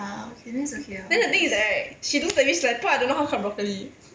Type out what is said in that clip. then the thing is that right she do the dish like pearl I don't know how to cut broccoli